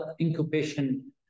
incubation